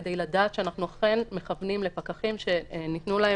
כדי לדעת שאנחנו אכן מכוונים לפקחים שניתנו להם